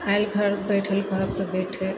आयल घर बैठे लए कहब तऽ बैठत